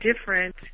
different